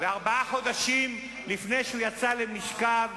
וארבעה חודשים לפני שהוא נפל למשכב,